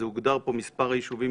הוגדרו פה מספר היישובים,